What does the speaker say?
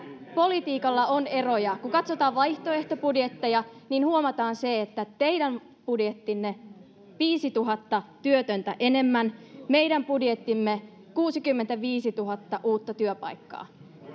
politiikalla on eroja kun katsotaan vaihtoehtobudjetteja niin huomataan teidän budjettinne viisituhatta työtöntä enemmän meidän budjettimme kuusikymmentäviisituhatta uutta työpaikkaa